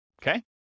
okay